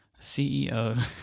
CEO